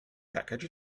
package